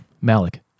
Malik